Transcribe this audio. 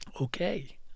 Okay